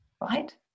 right